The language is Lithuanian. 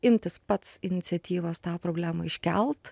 imtis pats iniciatyvos tą problemą iškelt